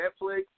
Netflix